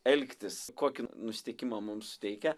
elgtis kokį nusiteikimą mums suteikia